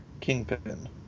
Kingpin